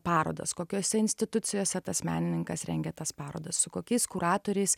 parodas kokiose institucijose tas menininkas rengė tas parodas su kokiais kuratoriais